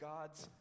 God's